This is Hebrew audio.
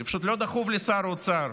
זה פשוט לא דחוף לשר האוצר.